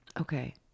Okay